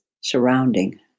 surrounding